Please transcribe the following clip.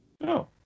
No